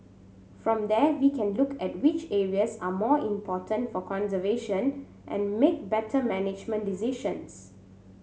from there we can look at which areas are more important for conservation and make better management decisions